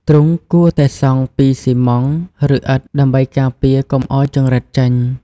ទ្រុងគួរតែសង់ពី ស៊ីម៉ង់ត៍ ឬ ឥដ្ឋ ដើម្បីការពារកុំឲ្យចង្រិតចេញ។